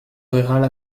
rurale